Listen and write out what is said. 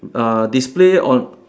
uh display on